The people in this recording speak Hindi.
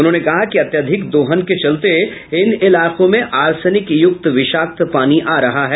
उन्होंने कहा कि अत्यधिक दोहन के चलते इन इलाकों में आर्सेनिक युक्त विषाक्त पानी आ रहा है